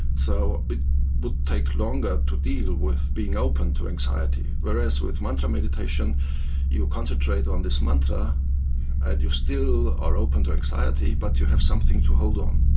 so it would take longer to deal with being open to anxiety, whereas with mantra meditation you concentrate on this mantra and you still are open to anxiety but you have something to hold on